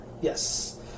Yes